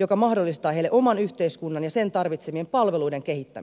joka mahdollistaa heille oman yhteiskunnan ja sen tarvitsemien palveluiden kehittämisen